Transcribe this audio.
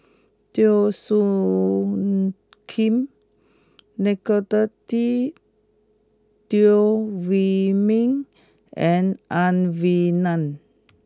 Teo Soon Kim Nicolette Teo Wei Min and Ang Wei Neng